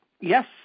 Yes